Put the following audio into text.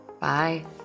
bye